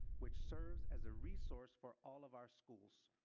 which serves as a resource for all of our schools.